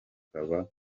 ukaba